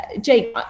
Jake